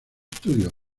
studio